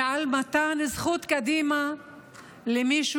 ועל מתן זכות קדימה למישהו,